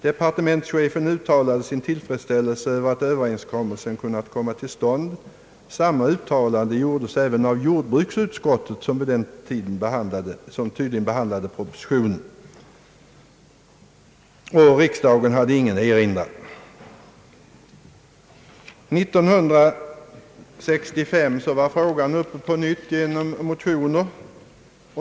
Departementschefen uttalade sin tillfredsställelse över att överenskommelsen kommit till stånd. Samma uttalande gjordes även av jordbruksutskottet, som tydligen behandlade propositionen, och riksdagen hade ingen erinran. 1965 var frågan uppe till behandling på nytt genom motioner.